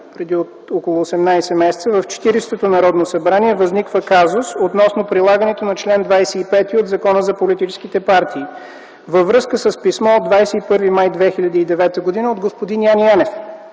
преди около 18 месеца – в Четиридесетото Народно събрание възниква казус относно прилагането на чл. 25 от Закона за политическите партии във връзка с писмо от 21 май 2009 г. от господин Яне